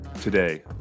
Today